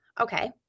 okay